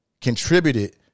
contributed